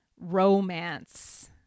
romance